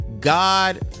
God